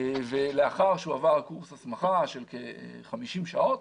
לאחר שהועבר קורס הסמכה של כ-50 שעות,